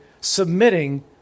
submitting